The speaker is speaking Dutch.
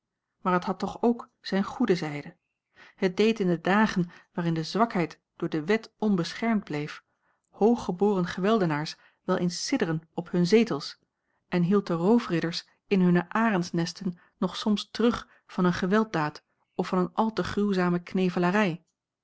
maar het had toch ook zijne goede zijde het deed in de dagen waarin de zwakheid door de wet onbeschermd bleef hooggeboren geweldenaars wel eens sidderen op hunne zetels en hield de roofridders in hunne arendsnesten nog soms terug van eene gewelddaad of van eene al te gruwzame